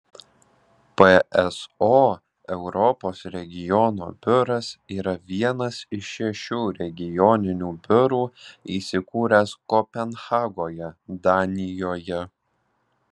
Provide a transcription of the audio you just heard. pso europos regiono biuras yra vienas iš šešių regioninių biurų įsikūręs kopenhagoje danijoje